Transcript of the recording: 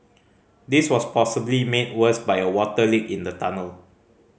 this was possibly made worse by a water leak in the tunnel